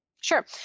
Sure